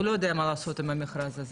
הוא לא יודע מה לעשות עם המכרז הזה.